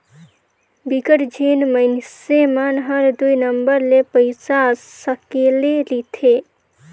बिकट झिन मइनसे मन हर दुई नंबर ले पइसा सकेले रिथे